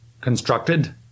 constructed